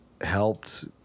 helped